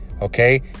okay